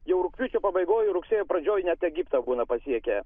jau rugpjūčio pabaigoj rugsėjo pradžioj net egiptą būna pasiekę